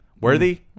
Worthy